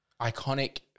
iconic